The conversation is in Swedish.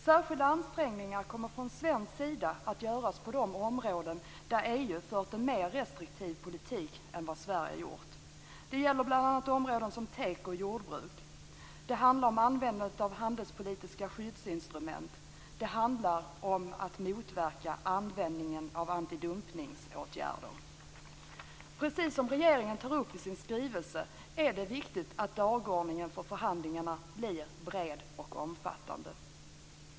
Särskilda ansträngningar kommer från svensk sida att göras på de områden där EU fört en mer restriktiv politik än vad Sverige gjort. Det gäller bl.a. områden som teko och jordbruk. Det handlar om användandet av handelspolitiska skyddsinstrument. Det handlar om att motverka användningen av antidumpningsåtgärder. Precis som regeringen tar upp i sin skrivelse är det viktigt att dagordningen för förhandlingarna blir bred och omfattande.